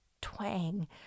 twang